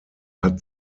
hat